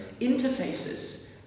Interfaces